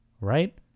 right